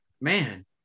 man